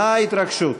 מה ההתרגשות?